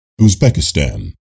Uzbekistan